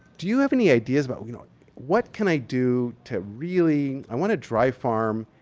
do you have any ideas about what you know what can i do to really. i wanna dry farm.